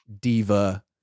diva